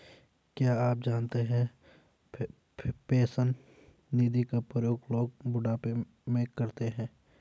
क्या आप जानते है पेंशन निधि का प्रयोग लोग बुढ़ापे में करते है?